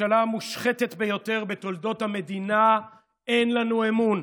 בממשלה המושחתת ביותר בתולדות המדינה אין לנו אמון.